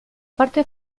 parte